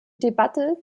debatte